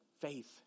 faith